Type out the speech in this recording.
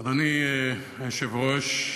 אדוני היושב-ראש,